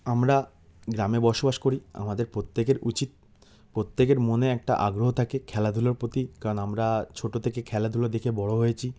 আমরা গ্রামে বসবাস করি আমাদের প্রত্যেকের উচিত প্রত্যেকের মনে একটা আগ্রহ থাকে খেলাধুলোর প্রতি কারণ আমরা ছোটো থেকে খেলাধুলো দেখে বড় হয়েছি